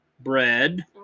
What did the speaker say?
bread